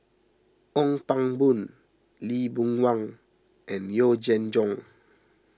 Ong Pang Boon Lee Boon Wang and Yee Jenn Jong